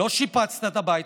לא שיפצת את הבית.